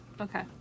Okay